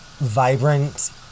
vibrant